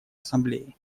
ассамблее